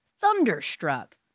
thunderstruck